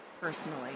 personally